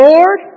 Lord